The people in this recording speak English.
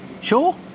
Sure